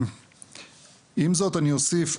עם זאת אני אוסיף,